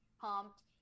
pumped